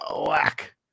Whack